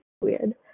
Weird